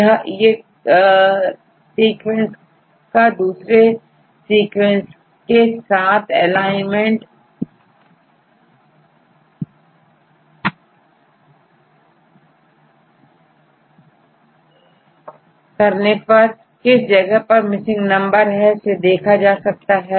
यह एक सीक्वेंट का दूसरे सीखने के साथ एलाइनमेंट करने पर किस जगह पर मिसिंग नंबर है से देखा जाता है